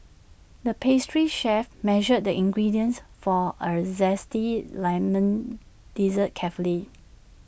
the pastry chef measured the ingredients for A Zesty Lemon Dessert carefully